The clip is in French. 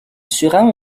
sera